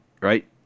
right